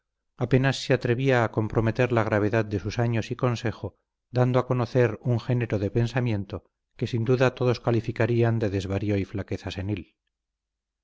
apenas se atrevía a comprometer la gravedad de sus años y consejo dando a conocer un género de pensamiento que sin duda todos calificarían de desvarío y flaqueza senil